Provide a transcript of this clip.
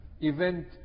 event